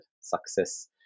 success